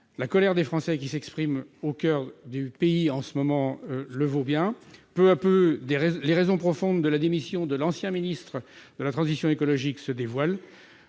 La colère des Français qui s'exprime en ce moment au coeur du pays le vaut bien. Peu à peu, les raisons profondes de la démission de l'ancien ministre de la transition écologique se dévoilent.